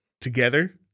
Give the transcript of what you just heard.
together